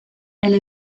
elle